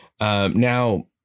Now